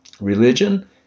Religion